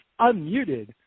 unmuted